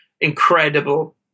incredible